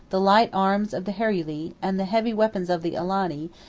the light arms of the heruli, and the heavy weapons of the alani,